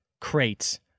crates